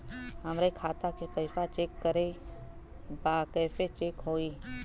हमरे खाता के पैसा चेक करें बा कैसे चेक होई?